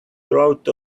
growth